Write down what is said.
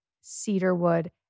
cedarwood